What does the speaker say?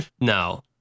No